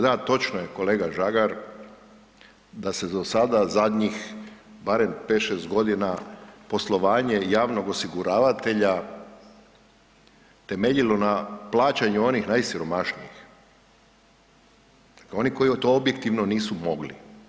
Da, točno je kolega Žagar da se do sada zadnjih barem 5-6.g. poslovanje javnog osiguravatelja temeljilo na plaćanju onih najsiromašnijih, oni koji to objektivno nisu mogli.